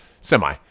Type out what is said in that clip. Semi